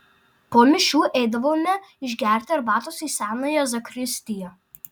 po mišių eidavome išgerti arbatos į senąją zakristiją